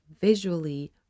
visually